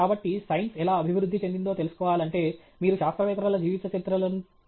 కాబట్టి సైన్స్ ఎలా అభివృద్ధి చెందిందో తెలుసుకోవాలంటే మీరు శాస్త్రవేత్తల జీవిత చరిత్రలను చూడాలి